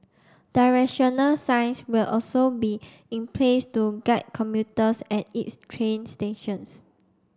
directional signs will also be in place to guide commuters at its train stations